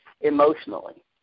emotionally